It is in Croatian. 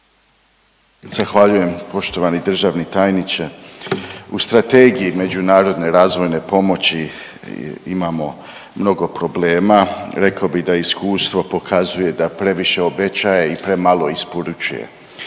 Zahvaljujem. Poštovani državni tajniče, u Strategiji međunarodne razvojne pomoći imamo mnogo problema, rekao bi da iskustvo pokazuje da previše obećaje i premalo isporučuje.